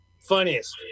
Funniest